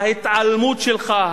ההתעלמות שלך,